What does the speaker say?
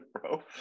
bro